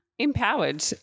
empowered